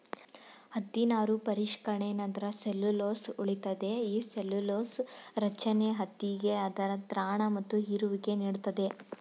ಹತ್ತಿ ನಾರು ಪರಿಷ್ಕರಣೆ ನಂತ್ರ ಸೆಲ್ಲ್ಯುಲೊಸ್ ಉಳಿತದೆ ಈ ಸೆಲ್ಲ್ಯುಲೊಸ ರಚನೆ ಹತ್ತಿಗೆ ಅದರ ತ್ರಾಣ ಮತ್ತು ಹೀರುವಿಕೆ ನೀಡ್ತದೆ